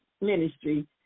ministry